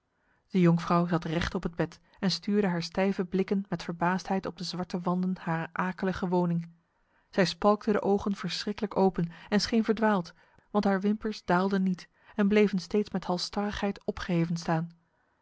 de jonkvrouw zat recht op het bed en stuurde haar stijve blikken met verbaasdheid op de zwarte wanden harer akelige woning zij spalkte de ogen verschriklijk open en scheen verdwaald want haar wimpers daalden niet en bleven steeds met halsstarrigheid opgeheven staan